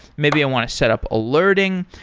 maybe i want to set up alerting,